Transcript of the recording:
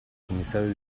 commissario